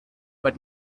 but